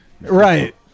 Right